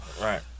Right